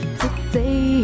today